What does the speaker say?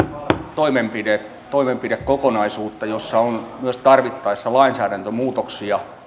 toimenpidekokonaisuutta jossa on myös tarvittaessa lainsäädäntömuutoksia